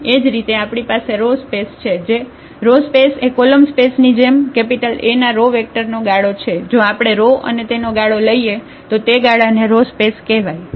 એ જ રીતે આપણી પાસે રો સ્પેસ છે રો સ્પેસ એ કોલમ સ્પેસની જેમ A ના રો વેક્ટરનો ગાળો છે જો આપણે રો અને તેનો ગાળો લઈએ તો તે ગાળાને રો સ્પેસ કહેવાય